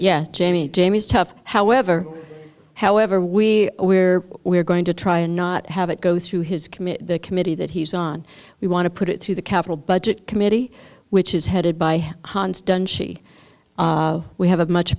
yet jamie jamie's tough however however we where we're going to try and not have it go through his committee the committee that he's on we want to put it to the capital budget committee which is headed by hans dunshee we have a much